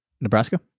Nebraska